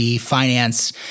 finance